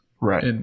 right